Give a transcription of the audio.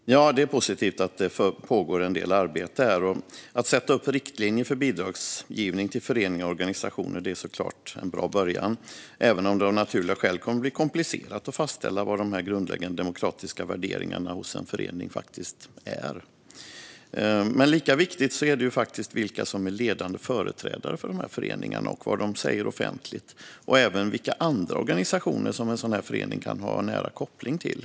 Fru talman! Det är positivt att det pågår en del arbete. Att sätta upp riktlinjer för bidragsgivning till föreningar och organisationer är såklart en bra början, även om det av naturliga skäl kommer att bli komplicerat att fastställa vad de här grundläggande demokratiska värderingarna hos en förening faktiskt är. Lika viktigt är det vilka som är ledande företrädare för de här föreningarna och vad de säger offentligt. Det handlar även om vilka andra organisationer en sådan här förening kan ha nära koppling till.